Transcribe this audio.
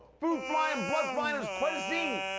food flying, blood flying. it was quite a scene.